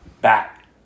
back